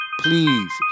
please